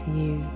new